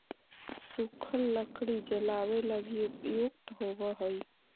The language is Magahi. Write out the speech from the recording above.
सूखल लकड़ी जलावे लगी उपयुक्त होवऽ हई